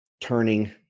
turning